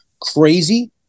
crazy